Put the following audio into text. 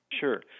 Sure